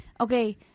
Okay